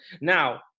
Now